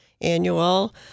annual